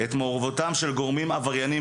ואת מעורבותם של גורמים עבריינים,